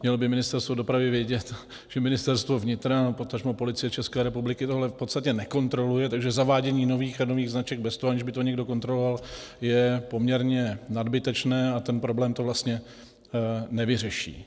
Mělo by Ministerstvo dopravy vědět, že Ministerstvo vnitra, potažmo Policie České republiky tohle v podstatě nekontroluje, takže zavádění nových a nových značek bez toho, že by to někdo kontroloval, je poměrně nadbytečné a ten problém to vlastně nevyřeší.